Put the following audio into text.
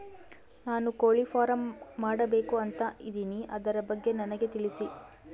ನಾನು ಕೋಳಿ ಫಾರಂ ಮಾಡಬೇಕು ಅಂತ ಇದಿನಿ ಅದರ ಬಗ್ಗೆ ನನಗೆ ತಿಳಿಸಿ?